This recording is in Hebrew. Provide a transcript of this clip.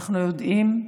אנחנו יודעים,